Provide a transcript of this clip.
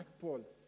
Paul